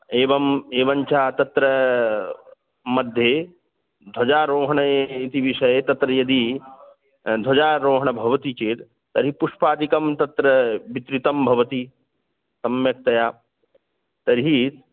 एवम् एवं च तत्र मध्ये ध्वजारोहणे इति विषये तत्र यदि ध्वजारोहणं भवति चेद् तर्हि पुष्पादिकं तत्र विस्तृतं भवति सम्यक्तया तर्हि